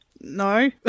no